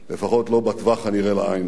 לפחות לא בטווח הנראה לעין.